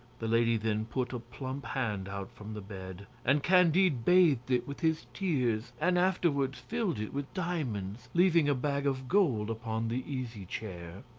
the lady then put a plump hand out from the bed, and candide bathed it with his tears and afterwards filled it with diamonds, leaving a bag of gold upon the easy chair.